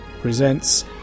Presents